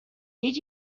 did